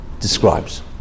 describes